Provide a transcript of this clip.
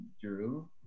Drew